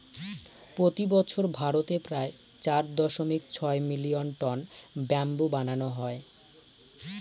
প্রতি বছর ভারতে প্রায় চার দশমিক ছয় মিলিয়ন টন ব্যাম্বু বানানো হয়